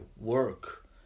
work